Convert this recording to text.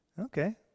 Okay